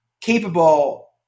capable